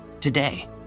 today